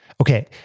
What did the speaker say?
Okay